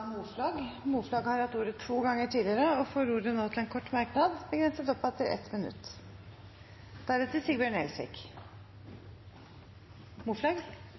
Moflag har hatt ordet to ganger tidligere og får ordet til en kort merknad, begrenset til 1 minutt.